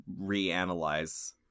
reanalyze